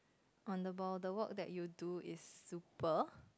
on the ball the work that you do is super